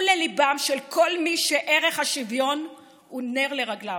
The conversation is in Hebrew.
לליבם של כל מי שערך השוויון הוא נר לרגליו,